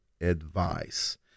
advice